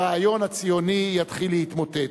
הרעיון הציוני יתחיל להתמוטט.